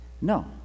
No